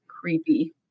Creepy